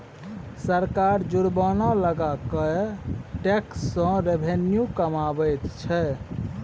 सरकार जुर्माना लगा कय टैक्स सँ रेवेन्यू कमाबैत छै